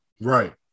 Right